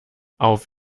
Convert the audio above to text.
auf